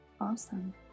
Awesome